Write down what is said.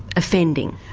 offending?